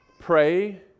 Pray